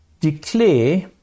declare